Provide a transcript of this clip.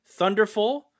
Thunderful